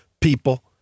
people